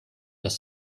dass